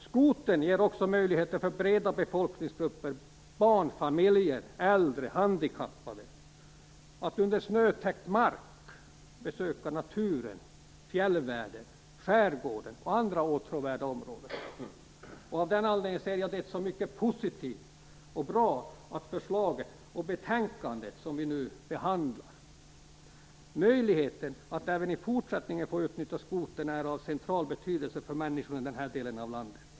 Skotern ger också möjligheter för breda befolkningsgrupper, barnfamiljer, äldre och handikappade, att på snötäckt mark besöka naturen, fjällvärlden, skärgården och andra åtråvärda områden. Av den anledningen ser jag mycket positivt på förslaget och betänkandet som vi nu behandlar. Möjligheten att även i fortsättningen få utnyttja skotern är av central betydelse för människorna i den här delen av landet.